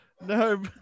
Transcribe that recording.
no